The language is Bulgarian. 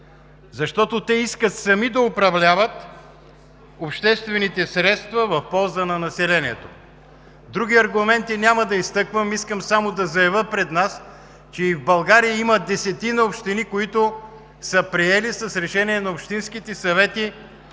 защото те искат сами да управляват обществените средства в полза на населението. Други аргументи няма да изтъквам. Искам само да заявя пред Вас, че и в България има десетина общини, които са приели с решение на общинските съвети